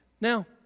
Now